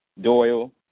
Doyle